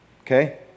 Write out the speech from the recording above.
Okay